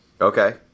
Okay